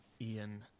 Ian